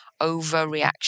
overreaction